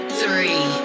three